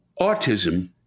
Autism